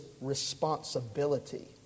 responsibility